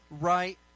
right